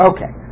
Okay